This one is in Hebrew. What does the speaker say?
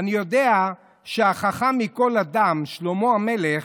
אני יודע שהחכם מכל אדם, שלמה המלך,